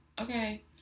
Okay